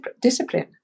discipline